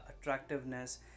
attractiveness